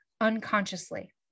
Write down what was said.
unconsciously